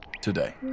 today